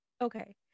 okay